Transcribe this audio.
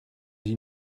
die